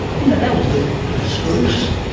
you know, that was a bit abstruse,